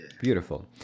Beautiful